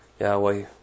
Yahweh